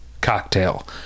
cocktail